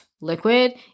liquid